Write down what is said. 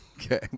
Okay